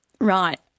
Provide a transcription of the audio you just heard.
Right